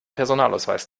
personalausweis